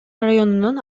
районунун